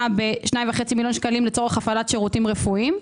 ב-2.5 מיליון שקלים לצורך הפעלת שירותים רפואיים,